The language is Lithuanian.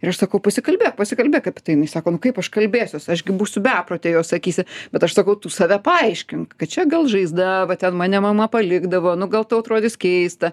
ir aš sakau pasikalbėk pasikalbėk apie tai jinai sako nu kaip aš kalbėsiuos aš gi būsiu beprotė jos akyse bet aš sakau tu save paaiškink kad čia gal žaizda va ten mane mama palikdavo nu gal tau atrodys keista